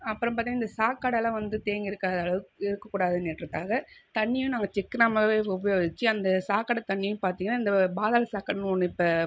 அப்புறம் பார்த்திங்கன்னா இந்த சாக்கடைலாம் வந்து தேங்கிருக்காதளவுக்கு இருக்கக்கூடாது என்றக்காக தண்ணியும் நாங்கள் சிக்கனமாகவே உபயோகிச்சு அந்த சாக்கடை தண்ணியும் பார்த்திங்கன்னா இந்த பாதாள சாக்கடைனு ஒன்று இப்போ